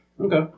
Okay